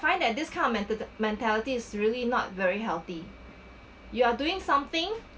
find that this kind of menta~ mentality is really not very healthy you are doing something